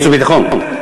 חוץ וביטחון.